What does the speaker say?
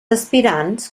aspirants